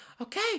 okay